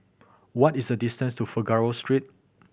what is the distance to Figaro Street